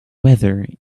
weather